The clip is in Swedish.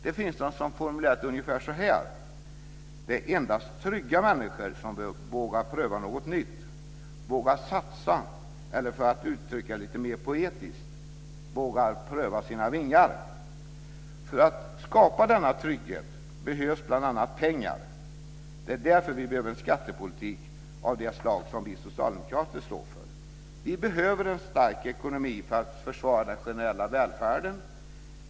Det finns de som formulerat det så här: Det är endast trygga människor som vågar pröva något nytt, vågar satsa eller - för att uttrycka det mer poetiskt - vågar pröva sina vingar. För att skapa denna trygghet behövs bl.a. pengar. Det är därför vi behöver en skattepolitik av det slag som vi socialdemokrater står för. Vi behöver en stark ekonomi för att försvara den generella välfärden.